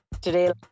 Today